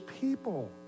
people